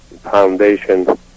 Foundation